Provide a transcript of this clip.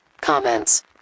comments